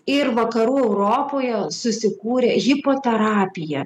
ir vakarų europoje susikūrė hipoterapija